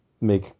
make